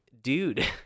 Dude